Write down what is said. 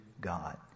God